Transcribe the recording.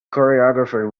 choreographer